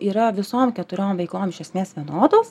yra visom keturiom veiklom iš esmės vienodos